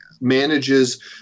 manages